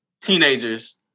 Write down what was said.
teenagers